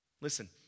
Listen